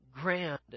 grand